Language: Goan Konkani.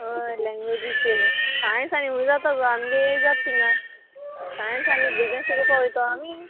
होय लॅंग्वेजीचे सायन्स आनी हू जाता आमगे जात तिंगा सायन्स आनी भुरग्यां शिकोवोपा वोयतो आमी